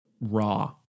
raw